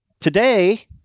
Today